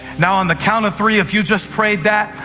now on the count of three, if you just prayed that,